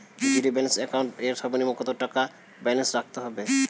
Zero balance account এর সর্বনিম্ন কত টাকা ব্যালেন্স রাখতে হবে?